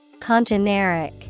Congeneric